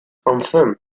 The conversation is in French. enfin